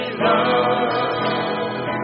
love